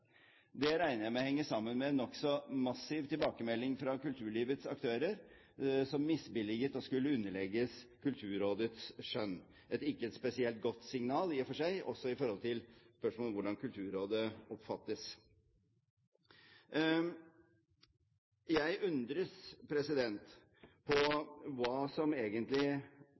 Det regner jeg med henger sammen med en nokså massiv tilbakemelding fra kulturlivets aktører, som misbilliget å skulle underlegges Kulturrådets skjønn, ikke et spesielt godt signal, i og for seg, heller ikke i forhold til spørsmålet om hvordan Kulturrådet oppfattes. Jeg undres på hva som egentlig